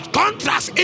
contrast